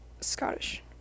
Scottish